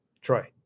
Troy